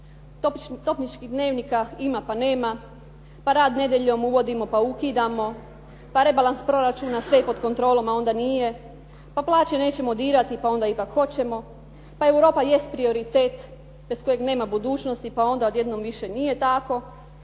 Topničkih dnevnika ima pa nema, pa rad nedjeljom uvodimo pa ukidamo, pa rebalans proračuna, sve je pod kontrolom a onda nije, pa plaće nećemo dirati pa onda ipak hoćemo, pa Europa jest prioritet bez kojeg nema budućnosti pa odjednom više nije tako,